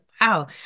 wow